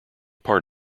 part